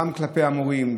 גם כלפי המורים,